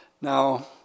Now